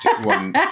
one